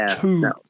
two